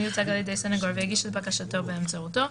מיוצג על ידי סניגור והגיש את בקשתו באמצעותו,